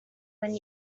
when